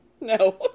no